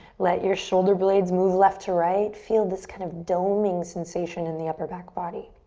let your shoulder blades move left to right. feel this kind of doming sensation in the upper back body.